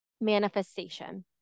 manifestation